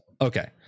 okay